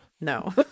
No